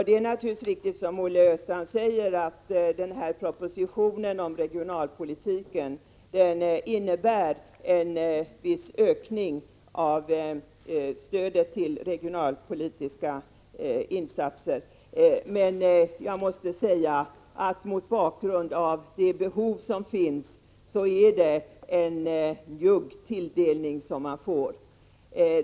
Det är naturligtvis riktigt, som Olle Östrand säger, att propositionen om regionalpolitiken innebär en viss ökning av stödet till regionalpolitiska åtgärder, men jag måste säga att det mot bakgrund av de behov som finns är en njugg tilldelning.